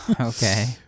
okay